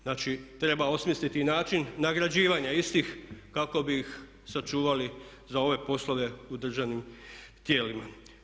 Znači treba osmisliti i način nagrađivanja istih kako bi ih sačuvali za ove poslove u državnim tijelima.